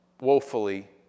woefully